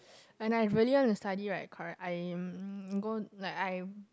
when I really wanna study correct I'm like I go